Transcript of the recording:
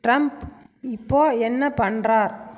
Trump இப்போது என்ன பண்ணுறார்